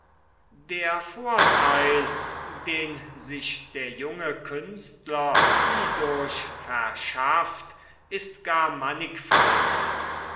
der vorteil den sich der junge künstler hiedurch verschafft ist gar mannigfaltig